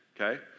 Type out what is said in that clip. okay